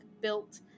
built